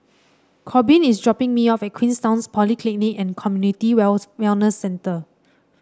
Korbin is dropping me off at Queenstown Polyclinic and Community Wells Wellness Centre